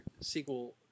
Sequel